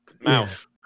mouth